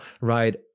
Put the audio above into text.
right